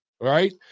right